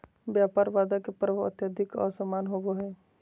व्यापार बाधा के प्रभाव अत्यधिक असमान होबो हइ